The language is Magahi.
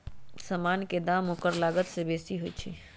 समान के दाम ओकर लागत से बेशी होइ छइ